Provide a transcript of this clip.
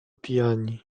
pijani